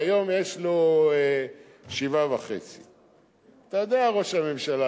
והיום יש לו 7.5%. ראש הממשלה,